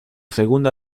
segunda